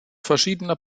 verschiedener